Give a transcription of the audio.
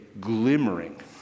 glimmering